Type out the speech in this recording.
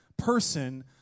person